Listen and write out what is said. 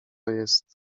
jest